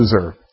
deserve